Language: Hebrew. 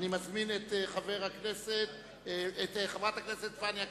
אני מזמין את חברת הכנסת פניה קירשנבאום,